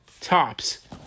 tops